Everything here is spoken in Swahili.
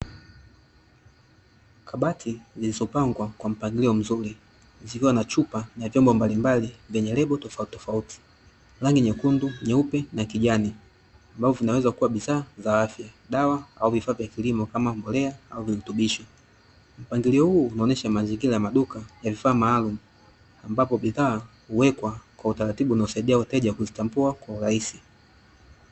Kabati zilizopangwa kwa mpangilio mzuri zikiwa na chupa na vyombo mbalimbali vyenye lebo tofautitofauti, rangi nyekundu, nyeupe na kijani ambavyo vinaweza kuwa bidhaa za afya dawa au vifaa kilimo kama mbolea au virutubisho, mpangilio huo unaonyesha mazingira ya maduka ya vifaa maalumu ambapo bidhaa huwekwa kwa utaratibu unaosaidia wateja kuzitambua kwa urahisi.